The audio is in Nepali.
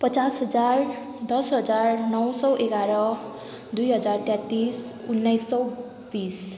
पचास हजार दस हजार नौ सौ एघार दुई हजार तेत्तिस उन्नाइस सौ बिस